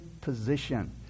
position